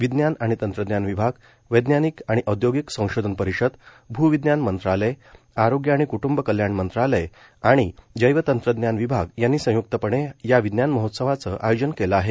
विज्ञान आणि तंत्रज्ञान विभाग वैज्ञानिक आणि औदयोगिक संशोधन परिषद भुविज्ञान मंत्रालय आरोग्य आणि कृटंब कल्याण मंत्रालय आणि जैवतंत्रज्ञान विभाग यांनी संयुक्तपणे या विज्ञान महोत्सवाचं आयोजन केलं आहे